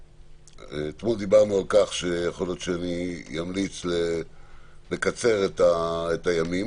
אתמול דיברנו על כך שיכול להיות שאני אמליץ לקצר את הימים,